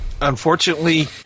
Unfortunately